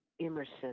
Emerson